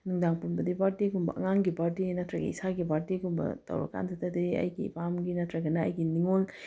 ꯅꯨꯡꯗꯥꯡ ꯄꯨꯟꯕꯗꯤ ꯕꯥꯔꯗꯦꯒꯨꯝꯕ ꯑꯉꯥꯡꯒꯤ ꯕꯥꯔꯗꯦ ꯅꯠꯇ꯭ꯔꯒ ꯏꯁꯥꯒꯤ ꯕꯥꯔꯗꯦꯒꯨꯝꯕ ꯇꯧꯔ ꯀꯥꯟꯗꯨꯗꯗꯤ ꯑꯩꯒꯤ ꯏꯄꯥꯝꯒꯤ ꯅꯠꯇ꯭ꯔꯒꯅ ꯑꯩꯒꯤ ꯅꯤꯡꯉꯣꯜ